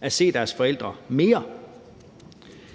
at se deres forældre mere.